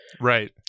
Right